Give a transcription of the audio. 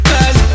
Cause